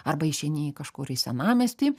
arba išeini į kažkur į senamiestį